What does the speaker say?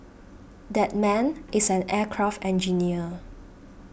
that man is an aircraft engineer